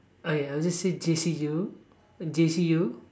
okay I will just say J_C_U J_C_U